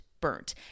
burnt